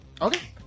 Okay